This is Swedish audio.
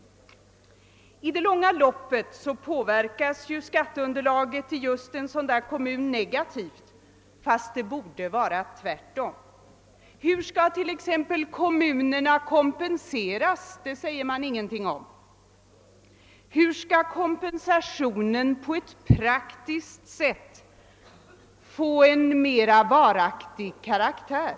I det långa loppet påverkas skatteunderlaget i just en sådan kommun negativt, fast det borde vara tvärtom. Hur skall t.ex. kommunerna kompenseras? Det säger man ingenting om. Hur skall kompensationen på ett praktiskt sätt få en mer varaktig karaktär?